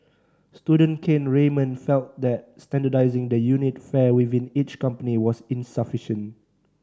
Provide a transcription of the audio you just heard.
student Kane Raymond felt that standardising the unit fare within each company was insufficient